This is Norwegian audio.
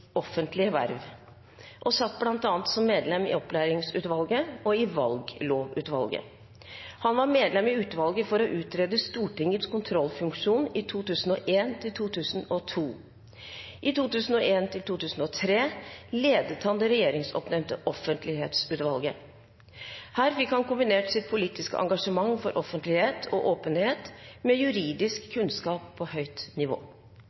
verv og satt bl.a. som medlem i Opplæringsutvalget og i Valglovutvalget. Han var medlem i utvalget for å utrede Stortingets kontrollfunksjon i 2001–2002. I 2001–2003 ledet han det regjeringsoppnevnte Offentlighetsutvalget. Her fikk han kombinert sitt politiske engasjement for offentlighet og åpenhet med juridisk kunnskap på høyt nivå.